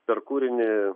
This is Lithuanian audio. per kūrinį